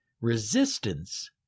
resistance